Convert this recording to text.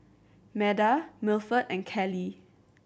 Meda Milford and Kallie